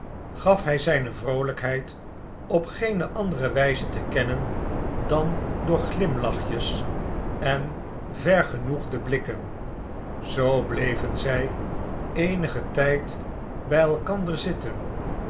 gaf hij zijne vroolijkheid op geene andere wijze te kennen dan door glimlachjes en vergenoegde blikken zoo bleven zij eenigen tijd bij elkander zitten